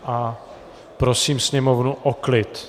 A prosím sněmovnu o klid.